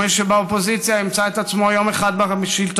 ומי שבאופוזיציה ימצא את עצמו יום אחד בשלטון,